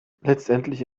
letztendlich